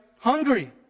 hungry